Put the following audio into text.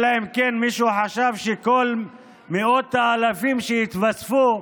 אלא אם כן מישהו חשב שכל מאות האלפים שהתווספו,